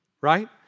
right